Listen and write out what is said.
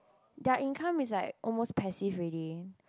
their income is like almost passive already